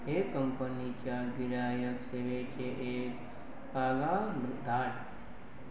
हे कंपनीच्या गिरायक सेवेचे एक कागळ धाड